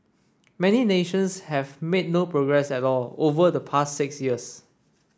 many nations have made no progress at all over the past six years